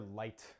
light